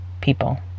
people